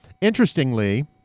interestingly